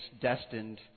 destined